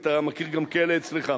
אתה מכיר גם כאלה אצלך.